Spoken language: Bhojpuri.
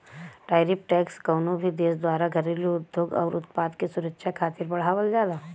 टैरिफ टैक्स कउनो भी देश द्वारा घरेलू उद्योग आउर उत्पाद के सुरक्षा खातिर बढ़ावल जाला